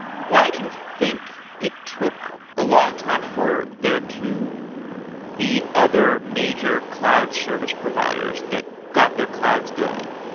why do you think it took a long time for there to be other major cloud service providers that got their clouds going?